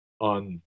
on